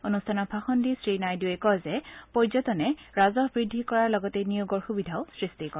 অনুষ্ঠানত ভাষণ দি শ্ৰীনাইডুৱে কয় যে পৰ্যটনে ৰাজহ বৃদ্ধি কৰাৰ লগতে নিয়োগৰ সুবিধাও সৃষ্টি কৰে